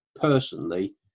personally